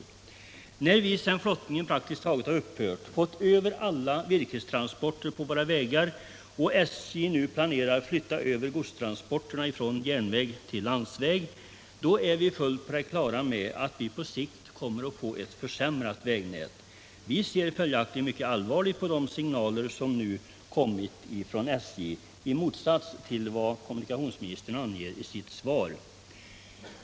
Om styckegodshan När vi — sedan flottningen praktiskt taget upphört — fått över alla vir — teringen vid SJ kestransporter på våra vägar och SJ planerar att flytta över godstransporterna från järnväg till landsväg, är vi fullt på det klara med att vi på sikt kommer att få ett försämrat vägnät. Vi ser följaktligen mycket allvarligt på de signaler som nu har kommit från SJ, i motsats till vad kommunikationsministern anger i sitt svar.